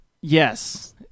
Yes